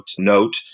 note